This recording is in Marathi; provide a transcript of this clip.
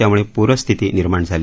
त्यामुळे पूरस्थिती निर्माण झाली